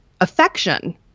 affection